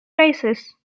races